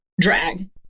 drag